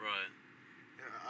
Right